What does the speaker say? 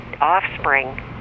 offspring